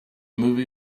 movie